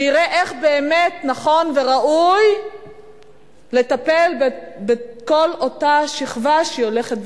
שיראה איך באמת נכון וראוי לטפל בכל אותה שכבה שהולכת וגדלה.